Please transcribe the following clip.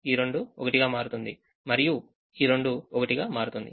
ఈ 2 1 గా మారుతుంది మరియు ఈ 2 1 గా మారుతుంది